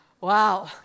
Wow